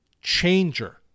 changer